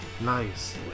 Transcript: Nice